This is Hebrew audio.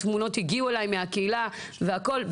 התמונות הגיעו אליי מהקהילה והכל.